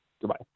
Goodbye